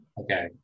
Okay